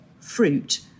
fruit